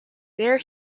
there